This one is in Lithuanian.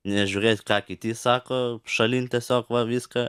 nežiūrėt ką kiti sako šalin tiesiog va viską